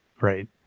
Right